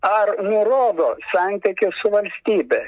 ar nurodo santykį su valstybe